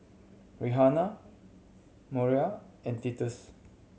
Rihanna Moira and Titus